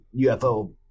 ufo